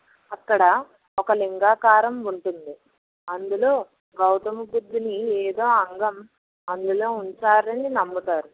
అక్కడ ఒక లింగాకారం ఉంటుంది అందులో గౌతమ బుద్ధుని ఏదో అంగం అందులో ఉంచారని నమ్ముతారు